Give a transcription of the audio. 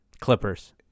Clippers